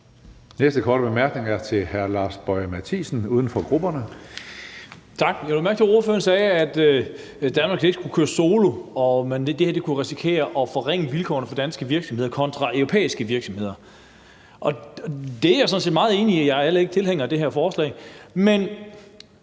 Næste korte bemærkning er til hr. Lars Boje Mathiesen, uden for grupperne. Kl. 15:42 Lars Boje Mathiesen (UFG): Tak. Jeg lagde mærke til, at ordføreren sagde, at Danmark ikke skulle køre solo, og at det her kunne risikere at forringe vilkårene for danske virksomheder kontra europæiske virksomheder. Det er jeg sådan set meget enig i, og jeg er heller ikke tilhænger af det her forslag, men